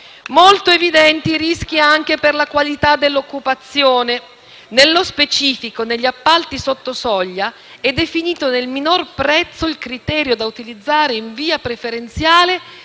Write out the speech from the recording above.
Molto evidenti sono i rischi anche per la qualità dell'occupazione. Nello specifico, negli appalti sotto-soglia è definito nel minor prezzo il criterio da utilizzare in via preferenziale,